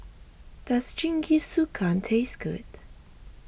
does Jingisukan taste good